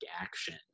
action